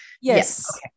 Yes